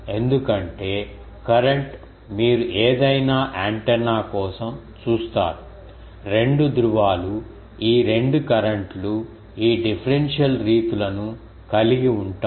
ఎందుకంటే కరెంట్ మీరు ఏదైనా యాంటెన్నా కోసం చూస్తారు 2 ధ్రువాలు ఈ 2 కరెంట్ లు ఈ డిఫరెన్షియల్ రీతులను కలిగి ఉంటాయి